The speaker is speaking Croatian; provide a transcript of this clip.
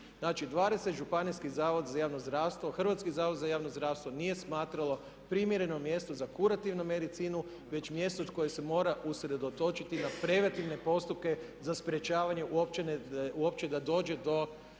Znači, 20 županijskih Zavoda za javno zdravstvo, Hrvatski zavod za javno zdravstvo nije smatralo primjereno mjesto za kurativnu medicinu već mjesto koje se mora usredotočiti na preventivne postupke za sprječavanje uopće da dođe do